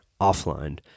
offline